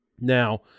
Now